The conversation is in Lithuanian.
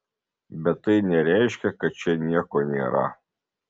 bet tai nereiškia kad čia nieko nėra